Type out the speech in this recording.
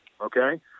okay